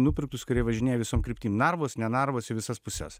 nupirktus kurie važinėja visom kryptim narvos ne narvos į visas puses